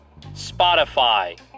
Spotify